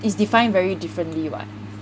is defined very differently [what]